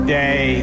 day